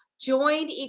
joined